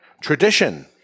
tradition